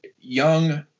young